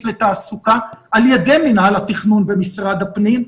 לתעסוקה על ידי מינהל התכנון במשרד הפנים,